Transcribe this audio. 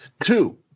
two